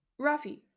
Rafi